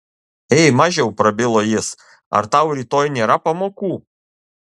ei mažiau prabilo jis ar tau rytoj nėra pamokų